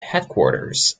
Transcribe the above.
headquarters